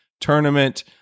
Tournament